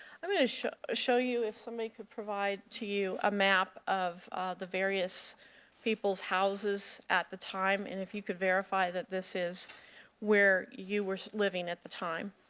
i'm going to show show you, if somebody could provide to you, a map of the various people's houses at the time. and if you could verify that this is where you were living at the time?